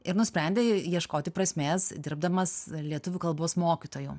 ir nusprendė ieškoti prasmės dirbdamas lietuvių kalbos mokytoju